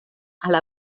alla